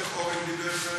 איך אורן דיבר כרגע?